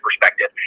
perspective